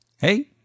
Hey